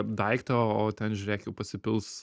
daiktą o ten žiūrėk jau pasipils